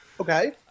Okay